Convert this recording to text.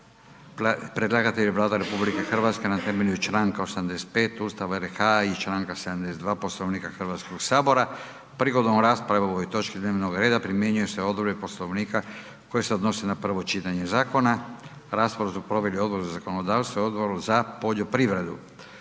769. Predlagatelj je Vlada RH na temelju čl. 85. Ustava RH i čl. 172. Poslovnika HS. Prigodom rasprave o ovoj točki dnevnog reda primjenjuju se odredbe Poslovnika koje se odnose na prvo čitanje zakona. Raspravu su proveli Odbor za zakonodavstvo i Odbor za poljoprivredu.